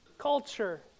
culture